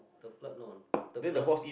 the club know the club